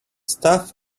stuff